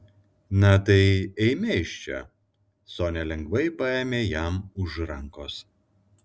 na tai eime iš čia sonia lengvai paėmė jam už rankos